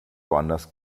woanders